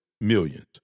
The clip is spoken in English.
millions